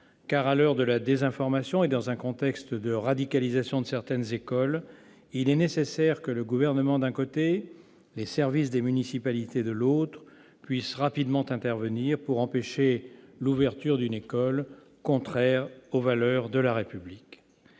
! À l'heure de la désinformation et dans un contexte de radicalisation de certaines écoles, il est nécessaire que le Gouvernement, d'un côté, et les services municipaux, de l'autre, puissent rapidement intervenir pour empêcher l'ouverture d'une école contraire aux valeurs de la République.